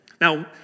Now